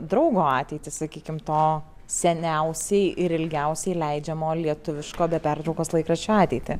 draugo ateitį sakykim to seniausiai ir ilgiausiai leidžiamo lietuviško be pertraukos laikraščio ateitį